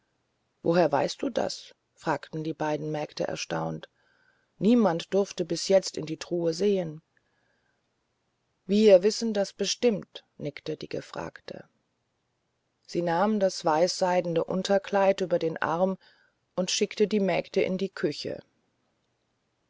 woher weißt du das fragten beide mägde erstaunt niemand durfte bis jetzt in die truhe sehen wir wissen das bestimmt nickte die gefragte sie nahm das weißseidene unterkleid über den arm und schickte die mägde in die küche